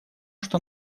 что